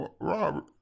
Robert